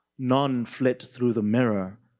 none flit through the mirror.